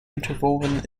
interwoven